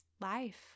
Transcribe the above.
life